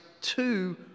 two